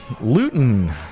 Luton